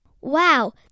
Wow